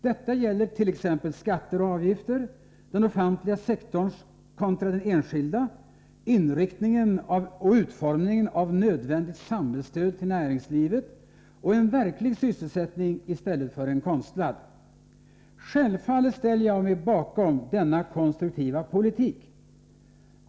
Det gäller t.ex. skatter och avgifter, den offentliga sektorn kontra den enskilda, inriktningen och utformningen av nödvändigt samhällsstöd till näringslivet och en verklig sysselsättning i stället för en konstlad. Självfallet ställer jag mig bakom denna konstruktiva politik.